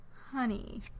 Honey